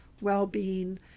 well-being